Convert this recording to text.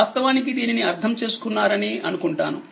వాస్తవానికిదీనిని అర్థం చేసుకున్నారనిఅనుకుంటాను